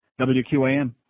WQAM